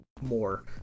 more